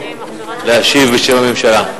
להשיב בשם הממשלה.